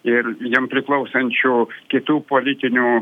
ir jiem priklausančių kitų politinių